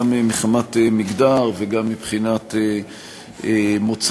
גם מחמת מגדר וגם מבחינת מוצא.